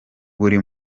buri